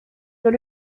dans